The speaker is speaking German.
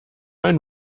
ein